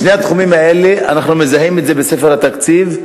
בשני התחומים האלה אנחנו מזהים את זה בספר התקציב,